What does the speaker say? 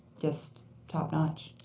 just topnotch.